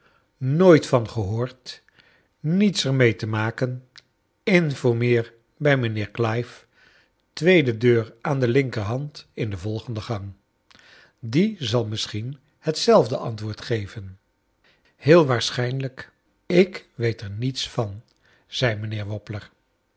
nooit van gehoord niets er mee te maken informeer bij mijnheer clive tweede deur aan de linker hand in de volgende gang jdie zal misschien het zelf de antwoord geven iieel waarschijniijk ik weet er niets van zei